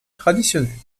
traditionnelles